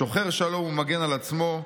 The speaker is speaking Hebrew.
שוחר שלום ומגן על עצמו,